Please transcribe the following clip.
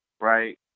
right